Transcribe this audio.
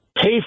pay